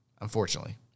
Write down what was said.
Unfortunately